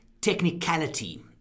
technicality